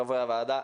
חברי הוועדה,